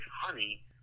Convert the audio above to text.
Honey